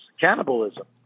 cannibalism